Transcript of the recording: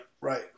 right